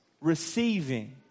receiving